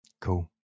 Cool